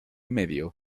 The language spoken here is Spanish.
medio